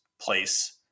place